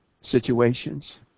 situations